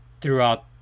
throughout